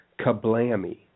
kablammy